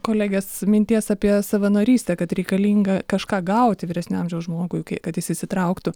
kolegės minties apie savanorystę kad reikalinga kažką gauti vyresnio amžiaus žmogui kai kad jis įsitrauktų